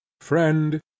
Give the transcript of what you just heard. friend